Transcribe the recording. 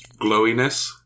Glowiness